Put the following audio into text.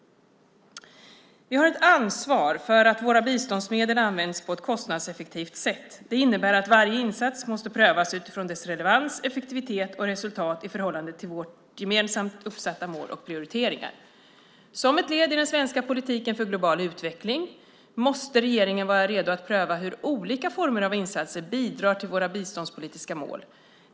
Vi har ett ansvar för att våra biståndsmedel används på ett kostnadseffektivt sätt. Det innebär att varje insats måste prövas utifrån dess relevans, effektivitet och resultat i förhållande till våra gemensamt uppsatta mål och prioriteringar. Som ett led i den svenska politiken för global utveckling måste regeringen vara redo att pröva hur olika former av insatser bidrar till våra biståndspolitiska mål.